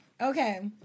okay